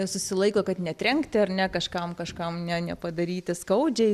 susilaiko kad netrenkti ar ne kažkam kažkam ne nepadaryti skaudžiai